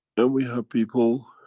then we have people